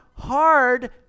Hard